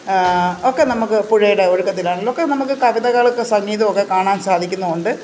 ഒക്കെ നമുക്ക് പുഴയുടെ ഒഴുക്കിലാണെങ്കിലും ഒക്ക നമുക്ക് കവിതകളൊക്കെ സംഗീതമൊക്കെ കാണാൻ സാധിക്കുന്നതുകൊണ്ട്